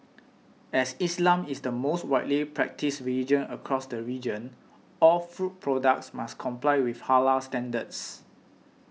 as Islam is the most widely practised religion across the region all food products must comply with Halal standards